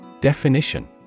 Definition